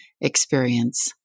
experience